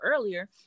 earlier